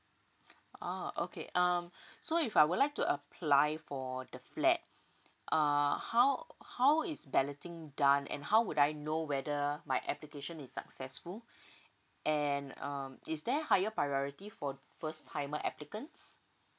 ah okay um so if I would like to apply for the flat err how how is balloting done and how would I know whether my application is successful and um is there higher priority for first timer applicants